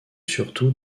surtout